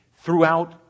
throughout